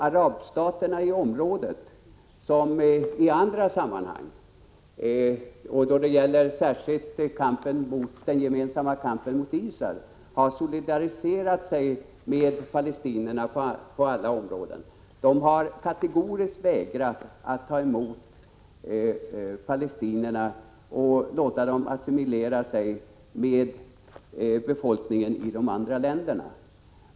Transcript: Arabstaterna som i andra sammanhang, särskilt då det gäller den gemensamma kampen mot Israel, har solidariserat sig med palestinierna på alla områden, har kategoriskt vägrat att ta emot palestinierna och låta dem assimileras med befolkningen i de andra länderna.